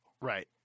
Right